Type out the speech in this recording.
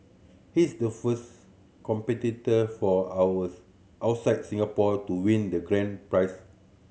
he's the first competitor for ours outside Singapore to win the grand prize